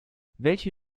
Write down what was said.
welche